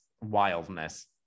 wildness